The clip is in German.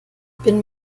bin